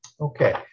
Okay